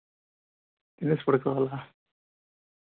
తిని పడుకోవాలా